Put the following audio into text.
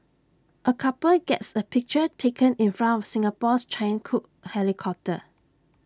A couple gets A picture taken in front of Singapore's Chinook helicopter